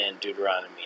Deuteronomy